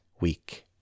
week